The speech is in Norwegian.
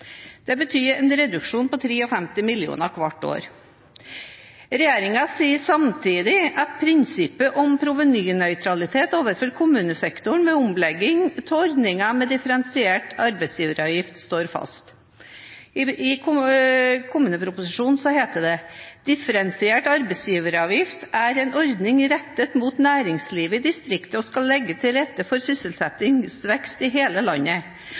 Det betyr en reduksjon på 53 mill. kr hvert år. Regjeringen sier samtidig at prinsippet om provenynøytralitet overfor kommunesektoren ved omlegging av ordningen med differensiert arbeidsgiveravgift står fast. I kommuneproposisjonen for 2016 heter det: «Differensiert arbeidsgiveravgift er en ordning rettet mot næringslivet i distriktene og skal legge til rette for sysselsettingsvekst i hele landet.